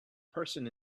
person